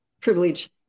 privilege